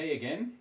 again